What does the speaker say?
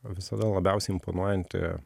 visada labiausiai imponuojanti